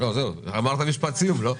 אמרת "משפט סיום", לא?